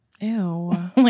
Ew